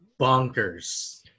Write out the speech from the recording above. bonkers